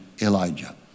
Elijah